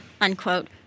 unquote